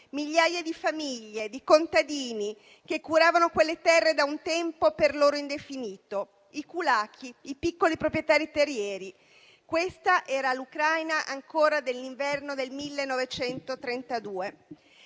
Migliaia di famiglie di contadini che curavano quelle terre da un tempo per loro indefinito, i *kulaki*, i piccoli proprietari terrieri: questa era l'Ucraina ancora nell'inverno del 1932.